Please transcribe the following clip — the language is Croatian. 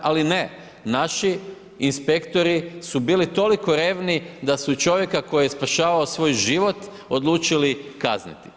Ali ne, naši inspektori su bili toliko revni da su i čovjeka koji je spašavao svoj život odlučili kazniti.